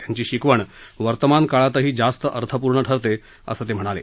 त्यांची शिकवण वर्तमान काळातही जास्त अर्थपूर्ण ठरते असं ते म्हणाले